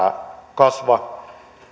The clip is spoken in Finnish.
kasva